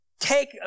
take